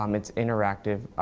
um it's interactive,